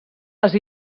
les